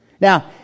Now